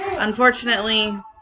Unfortunately